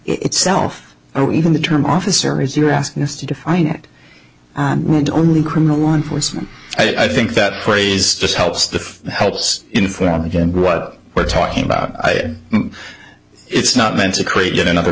itself or even the term officer is you're asking us to define it only criminal law enforcement i think that phrase just helps the helps inform again what we're talking about it's not meant to create yet another